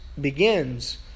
begins